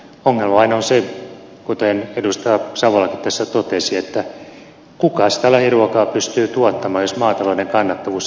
ongelma vain on se kuten edustaja savolakin tässä totesi että kuka sitä lähiruokaa pystyy tuottamaan jos maatalouden kannattavuus heikkenee koko ajan